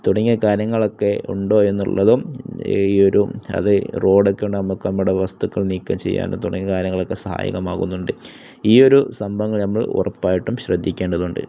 തുടങ്ങിയ കാര്യങ്ങളൊക്കെ ഉണ്ടോ എന്നുള്ളതും ഈ ഒരു അത് റോഡൊക്കെ ഉണ്ടേൽ നമുക്ക് നമ്മുടെ വസ്തുക്കൾ നീക്കം ചെയ്യാനും തുടങ്ങിയ കാര്യങ്ങളൊക്കെ സഹായകമാകുന്നുണ്ട് ഈ ഒരു സംഭവങ്ങൾ നമ്മൾ ഉറപ്പായിട്ടും ശ്രദ്ധിക്കേണ്ടതുണ്ട്